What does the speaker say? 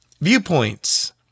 viewpoints